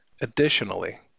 Additionally